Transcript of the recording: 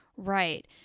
Right